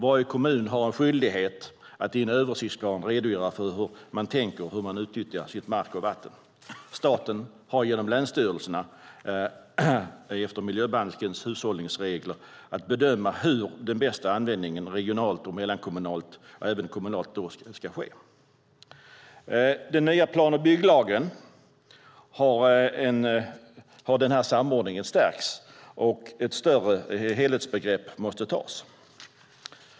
Varje kommun har skyldighet att i en översiktsplan redogöra för hur man tänker utnyttja mark och vatten. Staten har genom länsstyrelserna att efter miljöbalkens hushållningsregler bedöma hur den bästa användningen regionalt, mellankommunalt och kommunalt kan ske. I den nya plan och bygglagen har denna samordning stärkts, och ett större helhetsgrepp måste tas.